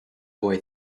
boy